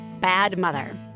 badmother